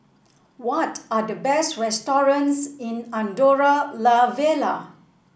what are the best restaurants in Andorra La Vella